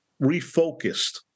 refocused